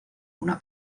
una